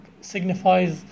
signifies